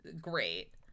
great